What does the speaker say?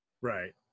Right